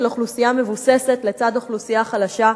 אוכלוסייה מבוססת לצד אוכלוסייה חלשה.